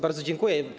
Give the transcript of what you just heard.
Bardzo dziękuję.